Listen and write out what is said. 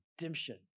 redemption